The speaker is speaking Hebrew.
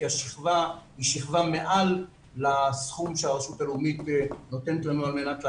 כי השכבה היא שכבה מעל הסכום שהרשות הלאומית נותנת לנו על מנת להקצות.